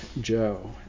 Joe